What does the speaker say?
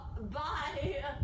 Bye